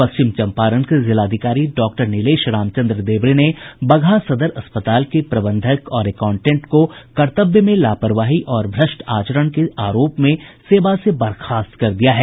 पश्चिम चम्पारण के जिलाधिकारी डॉक्टर निलेश रामचंद्र देवड़े ने बगहा सदर अस्पताल के प्रबंधक और एकांउटेंट को कर्तव्य में लापरवाही और भ्रष्ट आचरण के आरोप में सेवा से बर्खास्त कर दिया है